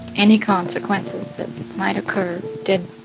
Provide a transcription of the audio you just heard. any consequences that might occur did